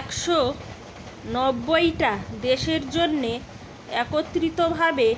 একশ নব্বইটা দেশের জন্যে একত্রিত ভাবে